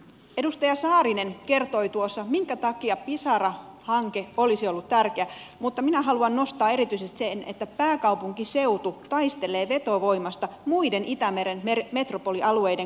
edustaja saarinen kertoi tuossa minkä takia pisara hanke olisi ollut tärkeä mutta minä haluan nostaa erityisesti sen että pääkaupunkiseutu taistelee vetovoimasta muiden itämeren metropolialueiden kanssa